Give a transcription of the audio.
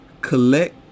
collect